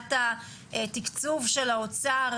מבחינת תקצוב של האוצר,